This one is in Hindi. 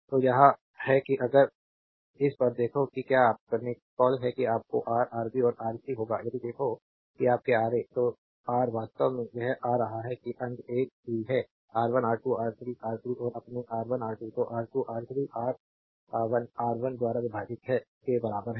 स्लाइड समय देखें 1608 तो यह है कि अगर इस पर देखो कि क्या अपने क्या कॉल है कि आपके रा आरबी और आर सी होगा यदि देखो कि अपने Ra तो रा वास्तव में यह आ रहा है कि अंक एक ही R1 R2 R3 R3 और अपने R1 R2 तो R2 R3 आर 1 R1 द्वारा विभाजित है के बराबर है